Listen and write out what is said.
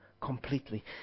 Completely